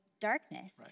darkness